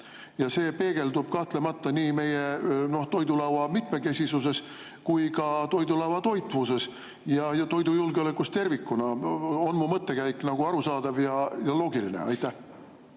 See peegeldub kahtlemata nii meie toidulaua mitmekesisuses kui ka toidulaua toitvuses ja toidujulgeolekus tervikuna. On mu mõttekäik nagu arusaadav ja loogiline? Aitäh,